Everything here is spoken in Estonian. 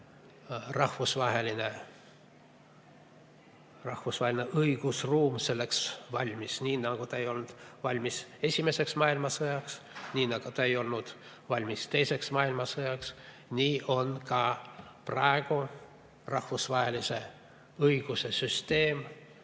rahvusvaheline õigusruum selleks valmis – nii nagu ta ei olnud valmis esimeseks maailmasõjaks, nii nagu ta ei olnud valmis teiseks maailmasõjaks, nii on ka praegu rahvusvahelise õiguse süsteem